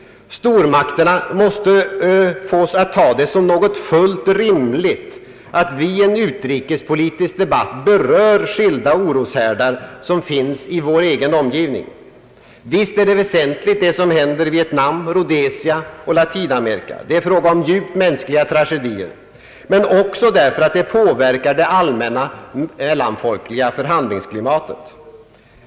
Stormakterna måste fås att ta det som något fullt rimligt att vi i en utrikespolitisk debatt berör skilda oroshärdar som finns i vår egen omgivning. Visst är det väsentligt vad som händer i Vietnam, Rhodesia och Latinamerika; det är fråga om djupt mänskliga tragedier och det påverkar det allmänna mellanfolkliga förhandlingsklimatet.